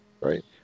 Right